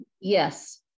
Yes